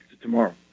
tomorrow